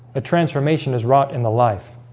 ah transformation is wrought in the life